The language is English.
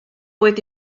with